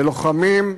בלוחמים,